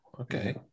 okay